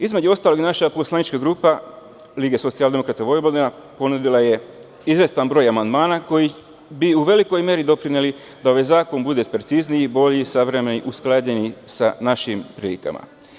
Između ostalog, naša poslanička grupa LSV ponudila je izvestan broj amandmana koji bi u velikoj meri doprineli da ovaj zakon bude precizniji i bolji, savremen i usklađen sa našim kritikama.